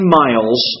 miles